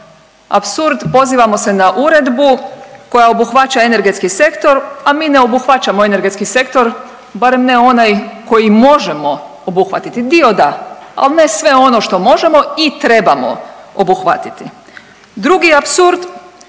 apsurd, pozivamo se na Uredbu koja obuhvaća energetski sektor a mi ne obuhvaćamo energetski sektor barem ne onaj koji možemo obuhvatiti. Dio da, ali ne sve ono što možemo i trebamo obuhvatiti. Drugi apsurd,